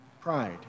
pride